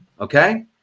Okay